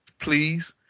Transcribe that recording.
please